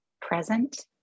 present